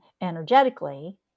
energetically